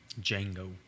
Django